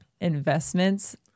investments